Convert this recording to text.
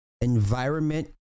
environment